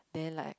day light